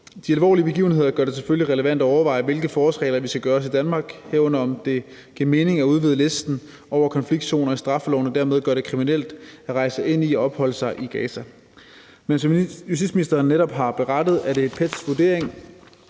De alvorlige begivenheder gør det selvfølgelig relevant at overveje, hvilke forholdsregler vi skal tage os i Danmark, herunder om det giver mening at udvide listen over konfliktzoner i straffeloven og dermed gøre det kriminelt at rejse ind i og opholde sig i Gaza. Men som justitsministeren netop har berettet, er det PET's vurdering,